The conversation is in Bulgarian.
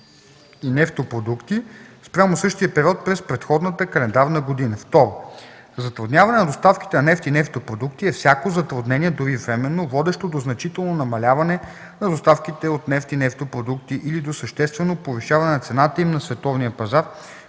2. „Затрудняване на доставките на нефт и нефтопродукти” е всяко затруднение, дори временно, водещо до значително намаляване на доставките от нефт и нефтопродукти или до съществено повишаване на цената им на световния пазар,